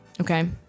Okay